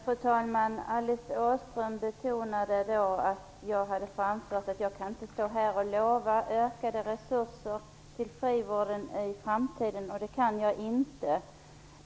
Fru talman! Alice Åström betonar att jag framfört att jag inte kan stå här och lova ökade resurser till frivården i framtiden. Det kan jag inte.